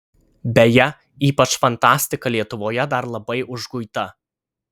beje ypač fantastika lietuvoje dar labai užguita